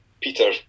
Peter